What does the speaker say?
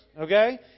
Okay